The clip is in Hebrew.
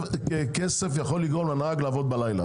כסף יכול לגרום לנהג לעבוד בלילה.